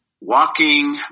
Walking